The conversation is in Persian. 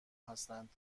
هستند